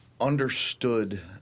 understood